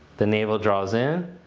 the navel draws in.